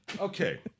Okay